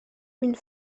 une